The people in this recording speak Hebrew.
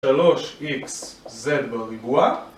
שלוש איקס זד בריבוע.